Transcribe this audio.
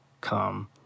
come